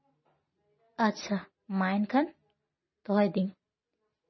ᱟᱪᱪᱷᱟ ᱢᱟ ᱮᱱᱠᱷᱟᱱ ᱫᱚᱦᱚᱭ ᱫᱟᱹᱧ